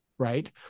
right